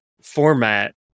format